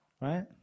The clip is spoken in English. Right